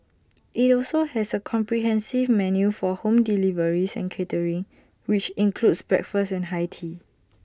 IT also has A comprehensive menu for home deliveries and catering which includes breakfast and high tea